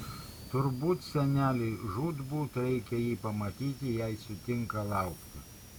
turbūt seneliui žūtbūt reikia jį pamatyti jei sutinka laukti